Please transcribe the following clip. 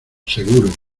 seguro